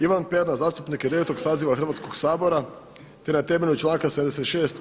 Ivan Pernar zastupnik je 9. saziva Hrvatskog sabora, te na temelju članka 76.